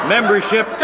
Membership